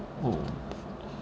oh